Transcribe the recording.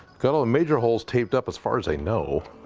got all the major holes taped up as far as i know.